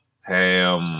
ham